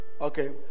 Okay